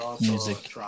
music